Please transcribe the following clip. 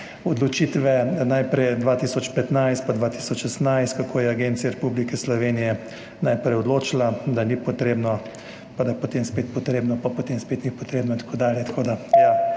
odločitve, najprej 2015 pa 2016, kako je agencija Republike Slovenije najprej odločila, da ni potrebno, da je potem spet potrebno, pa potem spet ni potrebno in tako dalje